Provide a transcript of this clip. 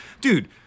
Dude